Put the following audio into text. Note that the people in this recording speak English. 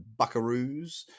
buckaroos